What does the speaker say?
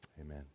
Amen